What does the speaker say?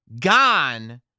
gone